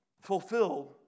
Fulfilled